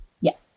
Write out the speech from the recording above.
Yes